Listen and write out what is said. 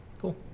Cool